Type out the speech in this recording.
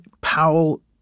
Powell